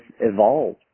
evolved